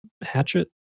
Hatchet